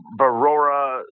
Barora